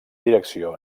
direcció